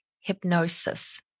hypnosis